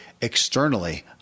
externally